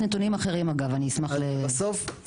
בסוף,